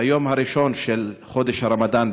ביום הראשון של חודש הרמדאן,